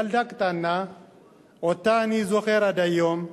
ילדה קטנה שאותה אני זוכר עד היום,